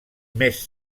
més